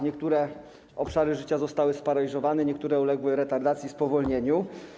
Niektóre obszary życia zostały sparaliżowane, niektóre uległy retardacji, spowolnieniu.